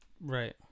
right